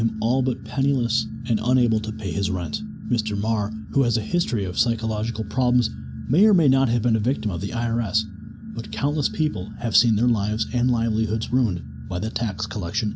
him all but penniless and unable to pay his rent mr barr who has a history of psychological problems may or may not have been a victim of the i r s but countless people have seen their lives and livelihoods ruined by the tax collection